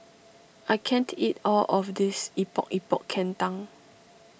I can't eat all of this Epok Epok Kentang